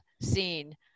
seen